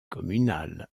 communal